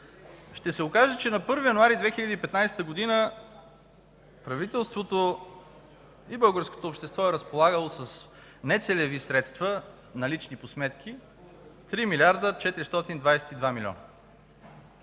ще се окаже, че на 1 януари 2015 г. правителството и българското общество е разполагало с налични по сметки 3 млрд. 422 милиона